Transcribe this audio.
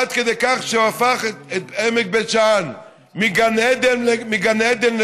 עד כדי כך שהוא הפך את עמק בית שאן מגן עדן לגיהינום.